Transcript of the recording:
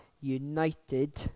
united